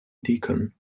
deacon